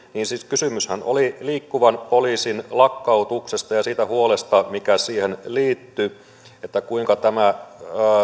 kysymyshän oli liikkuvan poliisin lakkautuksesta ja siitä huolesta mikä siihen liittyi kuinka nämä